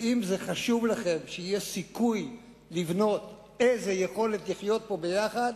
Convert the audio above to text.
ואם חשוב לכם שיהיה סיכוי לבנות איזו יכולת לחיות פה ביחד,